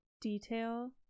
detail